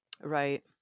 Right